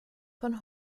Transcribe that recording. von